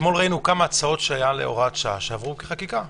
אתמול ראינו כמה הצעות שהיו הוראות שעה שעברו כחקיקה,